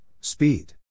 speed